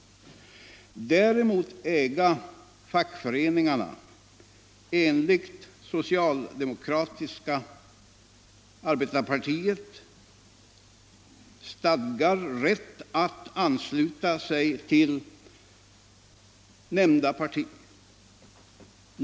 Däremot äga fackföreningarna enligt Socialdemokratiska Arbetarpartiets stadgar, rätt att ansluta sig till nämnda parti.